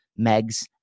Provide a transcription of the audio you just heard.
megs